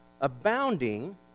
abounding